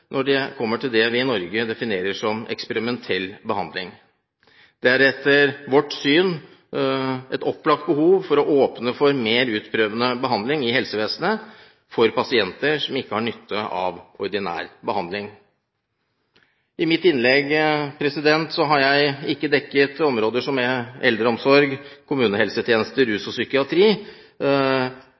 når det kommer til det vi i Norge definerer som «eksperimentell» behandling. Det er etter vårt syn et opplagt behov for å åpne for mer utprøvende behandling i helsevesenet for pasienter som ikke har nytte av ordinær behandling. I mitt innlegg har jeg ikke dekket områder som eldreomsorg, kommunehelsetjenesten, rusfeltet og psykiatri.